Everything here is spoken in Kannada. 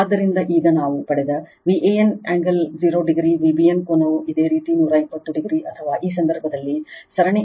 ಆದ್ದರಿಂದ ಈಗ ನಾವು ಪಡೆದ Van angle 0 o Vbn ಕೋನವು ಇದೇ ರೀತಿ 120 o ಅಥವಾ ಈ ಸಂದರ್ಭದಲ್ಲಿ ಸರಣಿ ಅನುಕ್ರಮ ಮತ್ತು Vcn angle 120 o